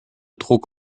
druck